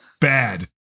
bad